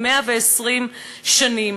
120 שנים.